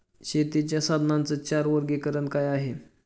शेतीच्या साधनांचे चार वर्गीकरण काय आहे?